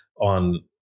on